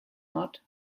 not